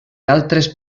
altres